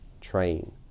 train